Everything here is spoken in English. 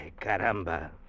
caramba